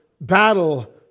battle